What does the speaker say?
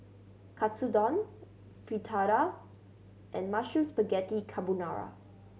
Katsudon Fritada and Mushroom Spaghetti Carbonara